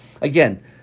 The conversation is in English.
Again